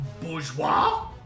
Bourgeois